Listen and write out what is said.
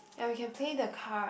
yea we can play the card